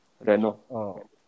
Renault